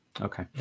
Okay